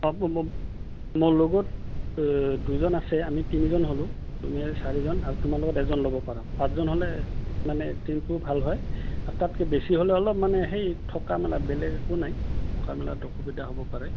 অঁ মোৰ লগত মোৰ লগত দুজন আছে আমি তিনিজন হ'লোঁ তুমি আৰু চাৰিজন আৰু তোমাৰ লগত এজন ল'ব পাৰা পাঁচজন হ'লে মানে টিমটোও ভাল হয় আৰু তাতকৈ বেছি হ'লে অলপ মানে সেই থকা মেলা বেলেগ একো নাই থকা মেলাত অসুবিধা হ'ব পাৰে